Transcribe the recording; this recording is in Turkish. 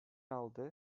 aldı